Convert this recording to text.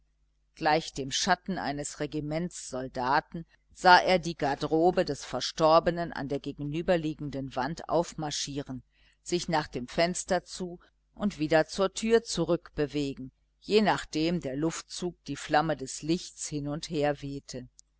gleich dem schatten eines regiments soldaten sah er die garderobe des verstorbenen an der gegenüberliegenden wand aufmarschieren sich nach dem fenster zu und wieder zur tür zurückbewegen je nachdem der luftzug die flamme des lichts hin und her wehte